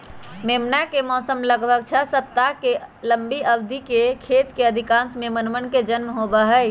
मेमना के मौसम लगभग छह सप्ताह के लंबी अवधि हई जब खेत के अधिकांश मेमनवन के जन्म होबा हई